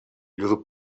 llur